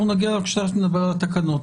אנחנו נגיע אליו כשנדבר על התקנות.